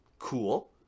cool